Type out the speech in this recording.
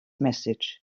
message